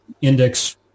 index